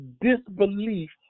disbelief